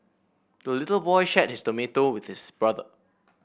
the little boy shared his tomato with his brother